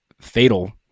fatal